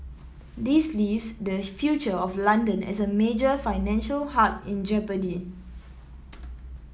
this leaves the future of London as a major financial hub in jeopardy